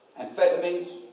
amphetamines